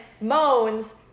moans